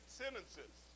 sentences